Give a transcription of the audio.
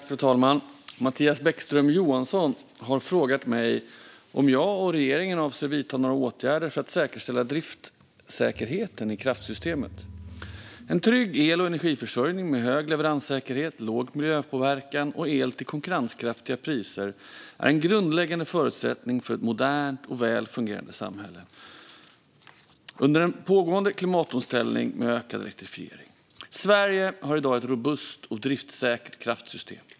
Fru talman! Mattias Bäckström Johansson har frågat mig om jag och regeringen avser att vidta några åtgärder för att säkerställa driftssäkerheten i kraftsystemet. En trygg el och energiförsörjning med hög leveranssäkerhet, låg miljöpåverkan och el till konkurrenskraftiga priser är en grundläggande förutsättning för ett modernt och väl fungerande samhälle under en pågående klimatomställning med ökad elektrifiering. Sverige har i dag ett robust och driftssäkert kraftsystem.